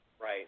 Right